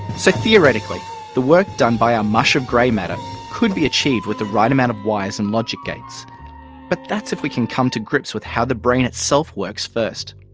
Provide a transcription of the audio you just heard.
so theoretically the work done by our mush of grey matter could be achieved with the right amount of wires and logic gates but that's if we can come to grips with how the brain itself works first.